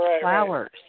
flowers